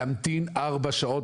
להמתין ארבע שעות,